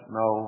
no